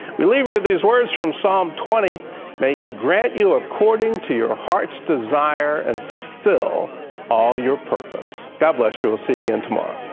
we leave you with these words from psalm twenty may he grant you according to your heart's desire and fulfill all your purpose. god bless you. we'll see you again tomorrow.